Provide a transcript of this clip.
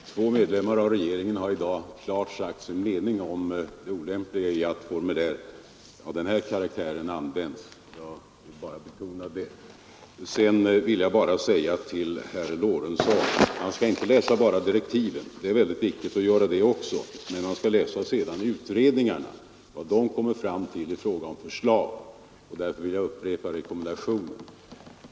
Herr talman! Två medlemmar av regeringen har i dag klart sagt sin mening om det olämpliga i att formulär av den här karaktären används. Sedan vill jag säga till herr Lorentzon att han inte skall läsa bara direktiven. Det är mycket viktigt att läsa dem, men han skall sedan läsa vad utredningarna kommer fram till i fråga om förslag. Därför vill jag upprepa min rekommendation.